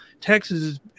Texas